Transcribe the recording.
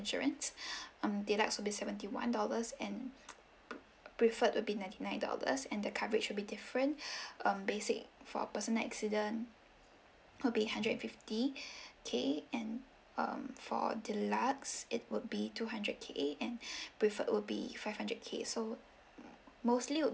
insurance um deluxe would be seventy one dollars and pre~ preferred would be ninety nine dollars and the coverage would be different um basic for personal accident would be hundred and fifty K and um for deluxe it would be two hundred K and preferred would be five hundred K so mostly would